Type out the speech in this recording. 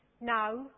Now